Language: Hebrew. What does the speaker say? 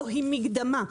זוהי מקדמה.